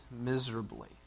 miserably